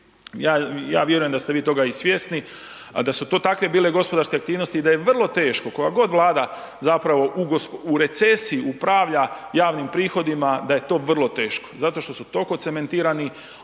ja vjerujem da ste vi toga i svjesni, a da su to takve bile gospodarske aktivnosti i da je vrlo teško, koga god Vlada zapravo u recesiji upravlja javnim prihodima da je to vrlo teško, zato što su toliko cementirani